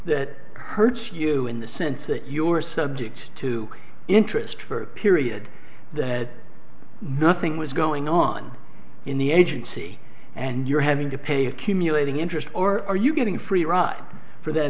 that hurts you in the sense that you are subject to interest for a period that nothing was going on in the agency and you're having to pay accumulating interest or are you getting free ride for that